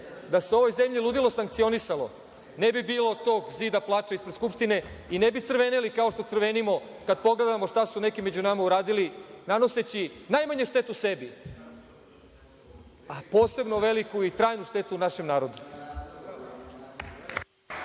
Da se ovoj zemlji ludilo sankcionisalo ne bi bilo tog „zida plača“ ispred Skupštine i ne bi crveneli kao što crvenimo kada pogledamo šta su neki među nama uradili nanoseći najmanje štetu sebi, a posebno veliku i trajnu štetu našem narodu.